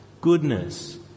goodness